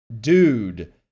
dude